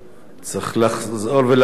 צריך לחזור ולהחליט,